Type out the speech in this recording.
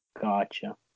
Gotcha